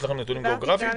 יש לכם נתונים גיאוגרפיים?